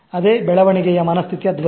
ಅದೇ ಬೆಳವಣಿಗೆಯ ಮನಸ್ಥಿತಿಯ ಧ್ವನಿ